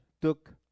took